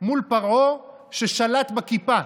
מול פרעה, ששלט בכיפה